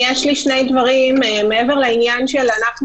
יש לני שני דברים מעבר לעניין שאנחנו,